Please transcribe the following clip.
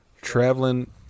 Traveling